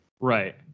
Right